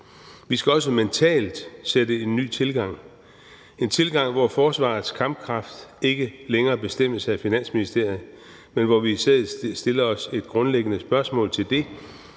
Vi skal også mentalt sætte en ny tilgang, en tilgang, hvor forsvarets kampkraft ikke længere bestemmes af Finansministeriet, men hvor vi i stedet stiller os selv et grundlæggende spørgsmål om det,